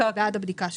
ובעד הבדיקה שלהן,